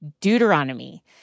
Deuteronomy